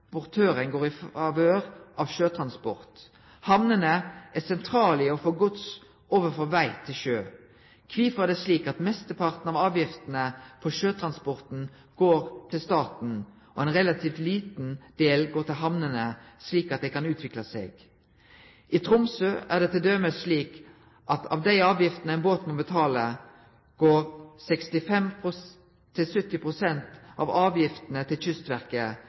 går i favør av sjøtransport. Hamnene er sentrale i å få gods over frå veg til sjø. Kvifor er det slik at mesteparten av avgiftene på sjøtransporten går til staten, og ein relativt liten del går til hamnene slik at dei kan utvikle seg? I Tromsø er det t.d. slik at av dei avgiftene ein båt må betale, går 65–70 pst. av avgiftene til Kystverket,